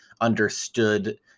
understood